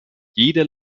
jeder